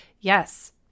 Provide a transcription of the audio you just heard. yes